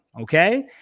Okay